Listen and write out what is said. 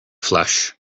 flesh